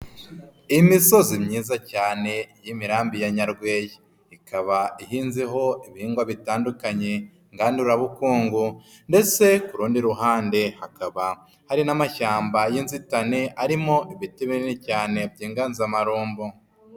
Imisozi myiza cyane y'imirambi ya Nyarweya ikaba ihinzeho ibihingwa bitandukanye ngandurabukungu ndetse ku rundi ruhande hakaba hari n'amashyamba y'inzitane arimo ibiti binini cyane by'inganzamarumbo.